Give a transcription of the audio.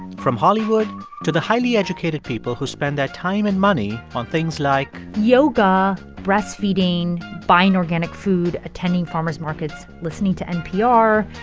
from hollywood to the highly-educated people who spend their time and money on things like. yoga, breastfeeding, buying organic food, attending farmers markets, listening to npr,